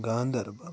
Ganderbal